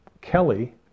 Kelly